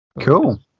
Cool